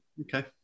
Okay